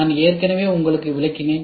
நான் ஏற்கனவே உங்களுக்கு விளக்கினேன்